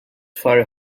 fire